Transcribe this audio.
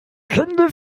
kinde